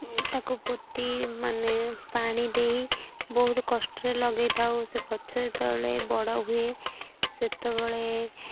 ତାକୁ ପୋତି ମାନେ ପାଣି ଦେଇ ବହୁତ କଷ୍ଟରେ ଲଗେଇଥାଉ ସେ ଗଛ ଯେତେବେଳେ ବଡ଼ ହୁଏ ସେତେବେଳେ